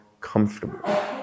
comfortable